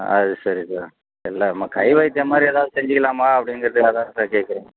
அது சரி சார் இல்லை நம்ம கை வைத்தியம் மாதிரி ஏதாவது செஞ்சுக்கலாமா அப்படிங்கிறதுக்காக தான் சார் கேட்குறேன்